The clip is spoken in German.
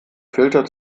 filter